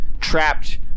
trapped